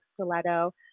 stiletto